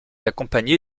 accompagné